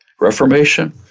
Reformation